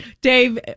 Dave